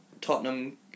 Tottenham